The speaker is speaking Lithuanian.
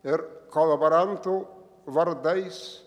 ir kolaborantų vardais